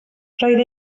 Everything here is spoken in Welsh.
roedd